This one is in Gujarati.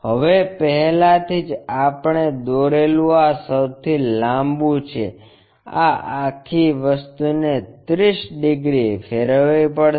હવે પહેલાથી જ આપણે દોરેલું આ સૌથી લાંબું છે આ આખી વસ્તુને 30 ડિગ્રી ફેરવવી પડશે